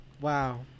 Wow